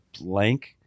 blank